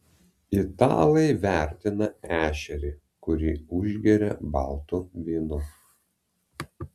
italai vertina ešerį kurį užgeria baltu vynu